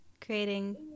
creating